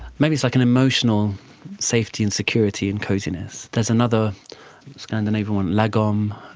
maybe it's like an emotional safety and security and cosiness. there's another scandinavian one, lagom,